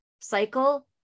cycle